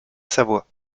savoie